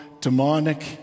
demonic